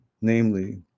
namely